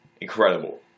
Incredible